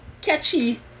Catchy